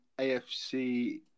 AFC